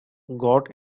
got